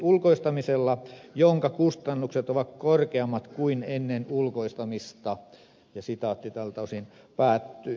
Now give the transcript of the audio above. ulkoistamisella jonka kustannukset ovat korkeammat kuin ennen ulkoistamista ja sitaatti tältä osin päättyy